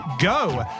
go